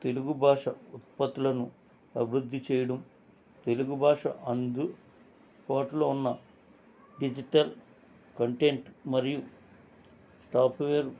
తెలుగు భాష ఉత్పత్తులను అభివృద్ధి చేయడం తెలుగు భాష అందు వాటిలో ఉన్న డిజిటల్ కంటెంట్ మరియు సాఫ్ట్వరు